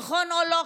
נכון או לא,